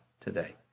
today